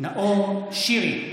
נאור שירי,